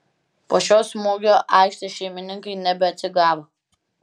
po šio smūgio aikštės šeimininkai nebeatsigavo